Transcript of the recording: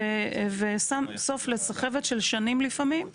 ושם סוף לסחבת של שנים לפעמים,